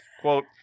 quote